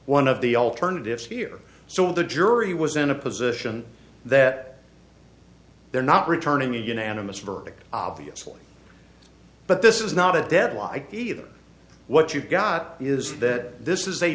one of the alternatives here so the jury was in a position that they're not returning a unanimous verdict obviously but this is not a deadline either what you've got is that this is